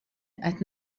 qed